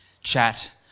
chat